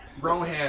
Rohan